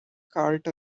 cart